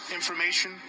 information